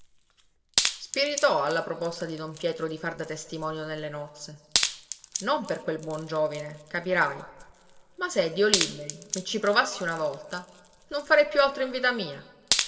spiritò alla proposta di don pietro di far da testimonio nelle nozze non per quel buon giovine capirai ma se dio liberi mi ci provassi una volta non farei piú altro in vita mia